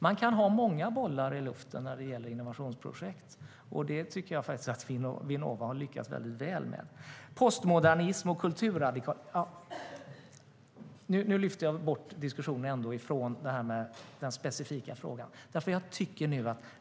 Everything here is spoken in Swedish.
Man kan ha många bollar i luften i innovationsprojekt, och det tycker jag att Vinnova har lyckats väldigt väl med. Nu kommer jag från den specifika frågan om postmodernism och kulturradikalism.